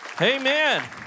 Amen